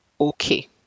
okay